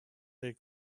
they